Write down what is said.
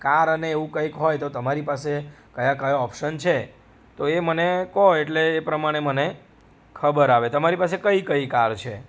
car અને એવું કંઈક હોય તો તમારી પાસે કયા કયા ઓપ્શન છે તો એ મને કહો એટલે એ પ્રમાણે મને ખબર આવે તમારી પાસે કઈ કઈ કાર છે